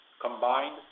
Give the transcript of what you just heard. combined